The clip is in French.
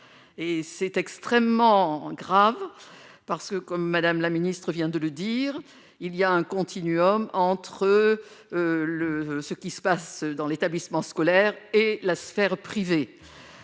c'est extrêmement grave, parce que comme Madame la ministre vient de le dire, il y a un continuum entre le ce qui se passe dans l'établissement scolaire et la sphère privée,